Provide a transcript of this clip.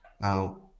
now